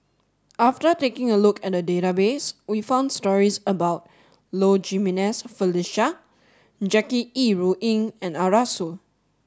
after taking a look at the database we found stories about Low Jimenez Felicia Jackie Yi Ru Ying and Arasu